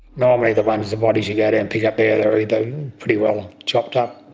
normally the ones, the bodies you go down pick up there they are either pretty well chopped up